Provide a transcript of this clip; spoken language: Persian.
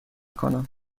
کنم